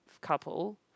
couple